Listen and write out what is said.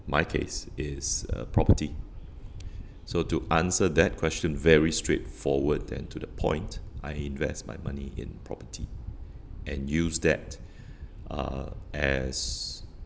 my case is a property so to answer that question very straightforward and to the point I invest my money in property and use that uh as